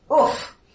Oof